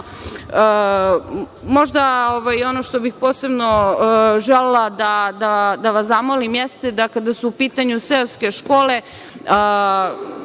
ono što bih posebno želela da vas zamolim jeste da kada su u pitanju seoske škole,